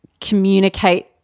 communicate